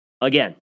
Again